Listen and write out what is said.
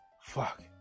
Fuck